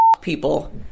people